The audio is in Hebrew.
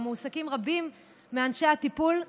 שבה מועסקים רבים מאנשי הטיפול,